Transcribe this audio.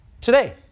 Today